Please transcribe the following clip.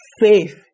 faith